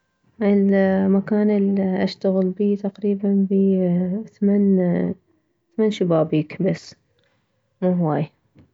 المكان الاشتغل بيه تقريبا بيه ثمن شبابيك بس مو هواي